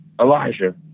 Elijah